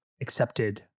accepted